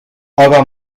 aga